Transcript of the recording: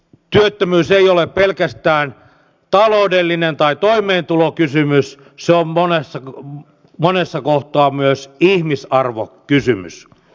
työttömyys ei ole pelkästään taloudellinen tai toimeentulokysymys se on monessa kohtaa myös ihmisarvokysymys